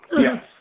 Yes